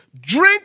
Drink